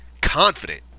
confident